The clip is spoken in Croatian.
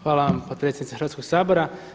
Hvala vam potpredsjednice Hrvatskog sabora.